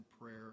prayer